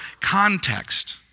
context